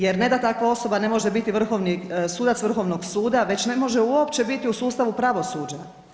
Jer ne da takva osoba ne može biti vrhovni sudac Vrhovnog suda već ne može uopće biti u sustavu pravosuđa?